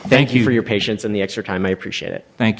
thank you for your patience and the extra time i appreciate it thank